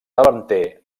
davanter